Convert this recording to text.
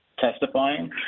testifying